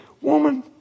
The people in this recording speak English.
Woman